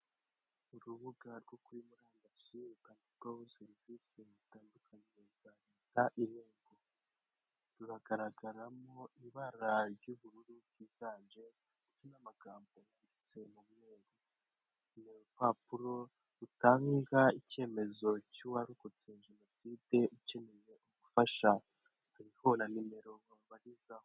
Urubuga rwo kuri murandasi rutangirwaho serivisi zitandukanye z'irembo, ruragaragaramo ibara ry'ubururu ryiganje ndetse n'amagambo yanditse mu mweru. Ni urupapuro rutanga icyemezo cy'uwarokotse jenoside, ukeneye ubufasha uhabona nimero ubarizaho.